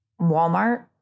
Walmart